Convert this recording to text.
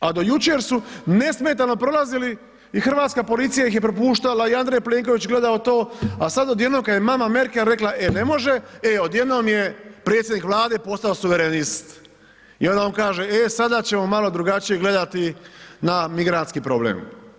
A do jučer su nesmetano prolazili i hrvatska policija ih je propuštala i Andrej Plenković gledao to, a sad odjednom kad je mama Merkel rekla, e ne može, e odjednom je predsjednik Vlade postao suverenist i onda on kaže, e sada ćemo malo drugačije gledati na migrantski problem.